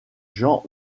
gens